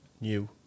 new